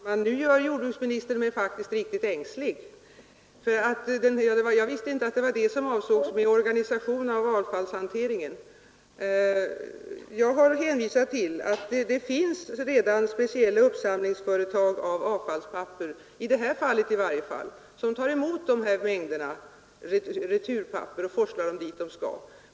Herr talman! Nu gör jordbruksministern mig faktiskt riktigt ängslig. Jag visste inte att det var detta som avsågs med organisation av avfallshanteringen. Jag har hänvisat till att det åtminstone i det här fallet finns speciella företag för uppsamling av avfallspapper; de tar emot dessa mängder av returpapper och forslar dem dit de skall.